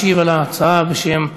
משיב על ההצעה בשם הממשלה,